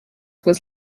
was